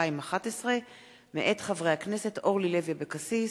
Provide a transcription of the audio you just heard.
הצעתם של חברי הכנסת אורלי לוי אבקסיס,